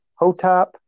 Hotop